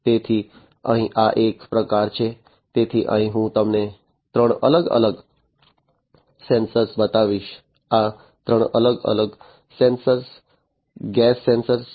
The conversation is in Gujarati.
તેથી અહીં આ એક પ્રકાર છે તેથી અહીં હું તમને ત્રણ અલગ અલગ સેન્સર બતાવીશ આ ત્રણ અલગ અલગ ગેસ સેન્સર છે